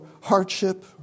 hardship